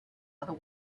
other